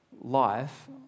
life